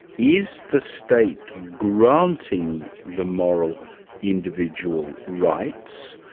is the state granting the moral individual rights,